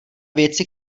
věci